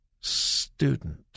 student